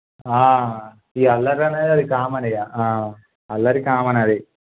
ఈ అల్లరి అనేది అది కామన్ ఇక అల్లరి కామన్ అది